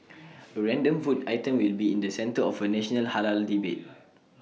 A random food item will be in the centre of A national Halal debate